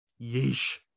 yeesh